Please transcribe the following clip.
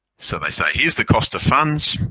so they say, here's the cost of funds.